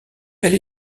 elle